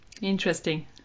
Interesting